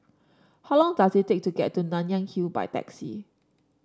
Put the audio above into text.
how long does it take to get to Nanyang Hill by taxi